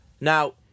Now